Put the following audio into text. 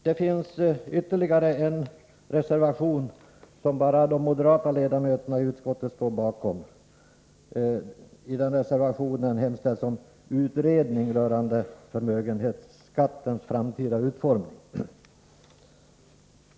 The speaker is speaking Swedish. Det finns ytterligare en reservation som bara de moderata ledamöterna i utskottet står bakom. I den reservationen hemställs om en utredning rörande förmögenhetsskattens framtida utformning.